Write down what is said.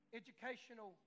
educational